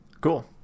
Cool